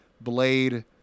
Blade